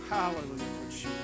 Hallelujah